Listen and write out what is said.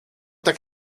tak